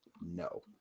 No